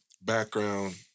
background